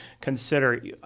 consider